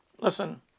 Listen